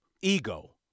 Ego